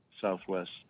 southwest